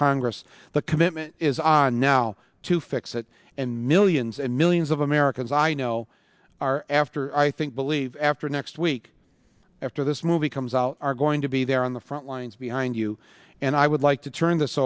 congress the commitment is on now to fix it and millions and millions of americans i know are after i think believe after next week after this movie comes out are going to be there on the front lines behind you and i would like to turn this